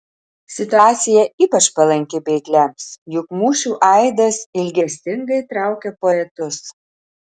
situacija ypač palanki bėgliams juk mūšių aidas ilgesingai traukia poetus